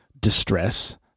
distress